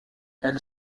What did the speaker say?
elle